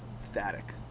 static